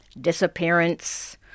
disappearance